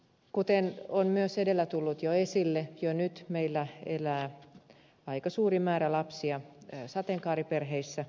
kuten on myös edellä tullut jo esille jo nyt meillä elää aika suuri määrä lapsia sateenkaariperheissä